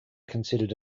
considered